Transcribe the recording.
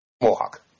Mohawk